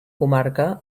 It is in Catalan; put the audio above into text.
comarca